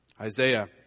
Isaiah